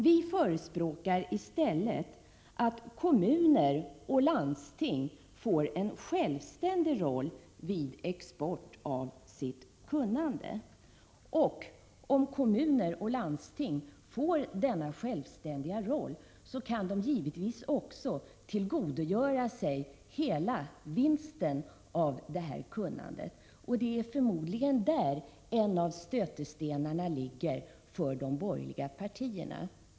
Vi förespråkar i stället att kommuner och landsting får en självständig roll vid export av sitt kunnande. Om kommuner och landsting får denna självständiga roll kan de givetvis också tillgodogöra sig hela vinsten av detta kunnande — detta är förmodligen en av stötestenarna för de borgerliga partierna.